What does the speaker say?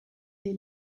les